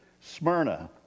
Smyrna